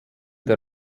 der